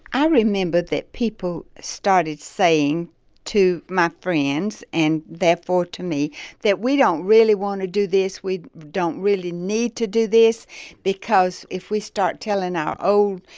i remember that people started saying to my friends and therefore to me that we don't really want to do this. we don't really need to do this because if we start telling our old,